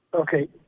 Okay